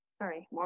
sorry